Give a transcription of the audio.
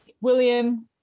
William